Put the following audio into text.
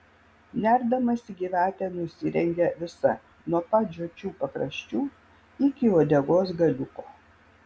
nerdamasi gyvatė nusirengia visa nuo pat žiočių pakraščių iki uodegos galiuko